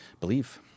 believe